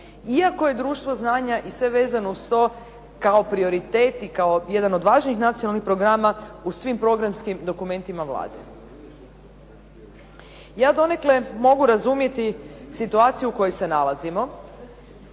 iako je društvo znanja i sve vezano uz to kao prioriteti, kao jedan od važnih nacionalnih programa u svim programskim dokumentima Vlade. Ja donekle mogu razumjeti situaciju u kojoj se nalazimo.